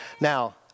Now